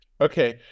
okay